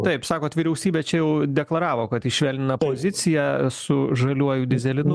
taip sakot vyriausybė čia jau deklaravo kad ji švelnina poziciją su žaliuoju dyzelinu